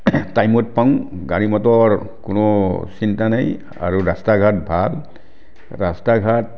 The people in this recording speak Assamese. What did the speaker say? টাইমত পাওঁ গাড়ী মটৰ কোনো চিন্তা নাই আৰু ৰাস্তা ঘাট ভাল ৰাস্তা ঘাট